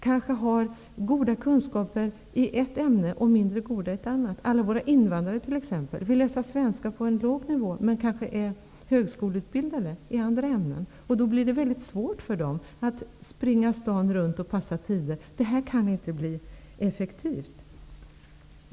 Människor har kanske goda kunskaper i ett ämne och mindre goda i ett annat. En invandrare kan t.ex. läsa svenska på en låg nivå, men är kanske högskoleutbildad i andra ämnen. Det blir svårt för de studerande att springa staden runt och passa tider. Det kan inte bli effektivt.